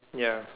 ya